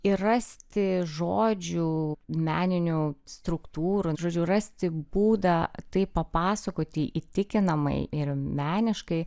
ir rasti žodžių meninių struktūrų žodžiu rasti būdą tai papasakoti įtikinamai ir meniškai